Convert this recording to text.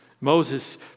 Moses